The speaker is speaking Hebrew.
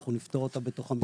אנחנו נפתור אותה בתוך המשרד.